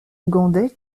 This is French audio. ougandais